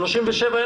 זו התוספת השנייה.